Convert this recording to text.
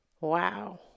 Wow